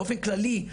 באופן כללי,